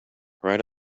right